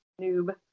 noob